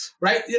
right